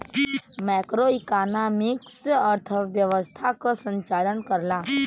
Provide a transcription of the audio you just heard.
macroeconomics अर्थव्यवस्था क संचालन करला